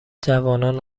جوانان